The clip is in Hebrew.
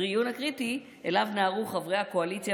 הדיון הקריטי שאליו נהרו חברי הקואליציה